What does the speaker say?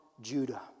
Judah